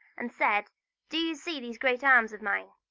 and said do you see these great arms of mine?